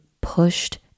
pushed